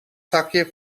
zakje